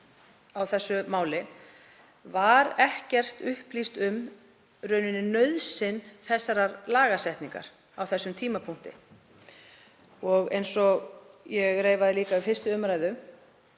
á þessu máli var ekkert upplýst um nauðsyn þessarar lagasetningar á þessum tímapunkti. Eins og ég reifaði líka við 1. umr.